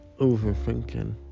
overthinking